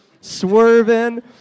swerving